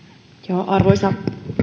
arvoisa